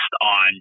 on